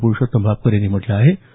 पुरुषोत्तम भापकर यांनी म्हटलं श्र्आहे